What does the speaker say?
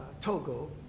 Togo